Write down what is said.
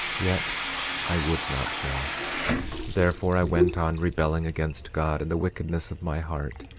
yet i would not know therefore i went on rebelling against god, in the wickedness of my heart,